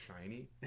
shiny